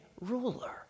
ruler